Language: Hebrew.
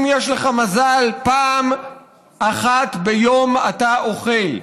אם יש לך מזל, פעם אחת ביום אתה אוכל.